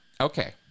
okay